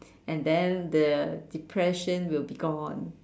and then the depression will be gone